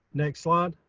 next slide.